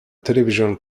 television